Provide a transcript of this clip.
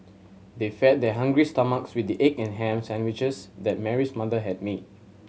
they fed their hungry stomachs with the egg and ham sandwiches that Mary's mother had made